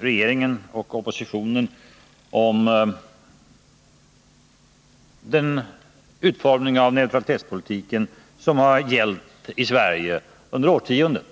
regeringen och oppositionen i sak är överens om den neutralitetspolitik som Sverige bedrivit i årtionden.